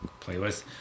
playlist